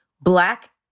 black